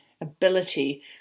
ability